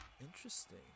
Interesting